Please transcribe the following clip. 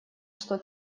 что